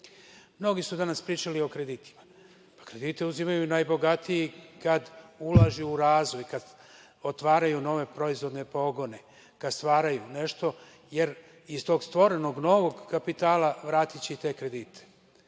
2025“.Mnogi su danas pričali o kreditima. Pa, kredite uzimaju najbogatiji kad ulažu u razvoj, kad otvaraju nove proizvodne pogone, kad stvaraju nešto, jer iz tog stvorenog novog kapitala vratiće i te kredite. Nije